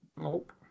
Nope